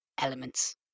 elements